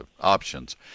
options